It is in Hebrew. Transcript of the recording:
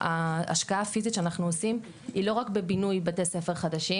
ההשקעה הפיסית שאנחנו עושים היא לא רק בבינוי בתי ספר חדשים